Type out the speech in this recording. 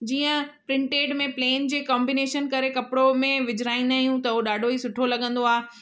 जीअं प्रिंटेड में प्लेन जे कॉम्बीनेशन करे कपिड़ो में विझिराईंदा आहियूं त हो ॾाढो ई सुठो लॻंदो आहे